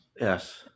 Yes